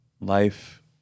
life